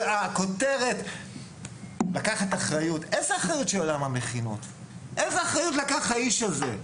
הכותרת: "לקחת אחריות" איזו אחריות לקח האיש הזה?